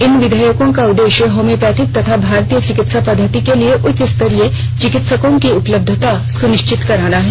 इन विधेयकों का उद्देश्य होम्योपैथिक तथा भारतीय चिकित्सा पद्धति के लिए उच्चस्तरीय चिकित्सकों की उपलब्धता सुनिश्चित करना है